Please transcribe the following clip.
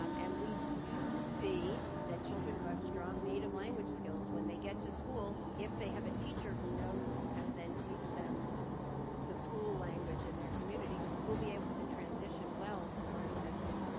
um and we do see that children who have strong native language skills, when they get to school, if they have a teacher who knows how to then teach them the school language in their community will be able to transition well to learning that school and